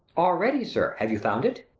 already, sir, have you found it?